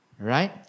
Right